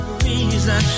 reason